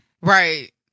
Right